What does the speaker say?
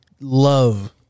love